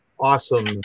awesome